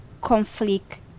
conflict